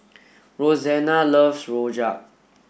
Rosanna loves Rojak